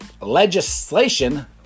legislation